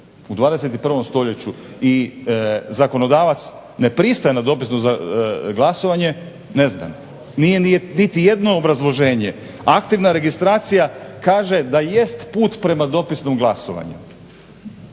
u 21. stoljeću i zakonodavac ne pristaje na dopisno glasovanje. Ne znam, nije niti jedno obrazloženje. A aktivna registracija kaže da jest put prema dopisnom glasovanju.